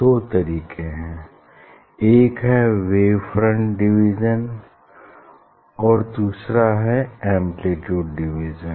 दो तरीके हैं एक है वेव फ्रंट डिवीज़न और दूसरा है एम्प्लीट्यूड डिवीज़न